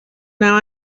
now